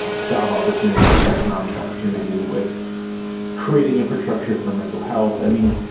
ah job opportunities, with economic opportunity, with creating infrastructure for mental health. i mean,